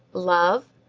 love?